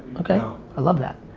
okay, i love that.